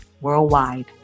worldwide